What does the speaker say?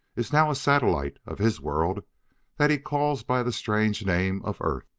is now a satellite of his world that he calls by the strange name of earth.